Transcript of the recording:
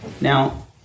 Now